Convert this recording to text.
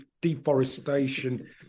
deforestation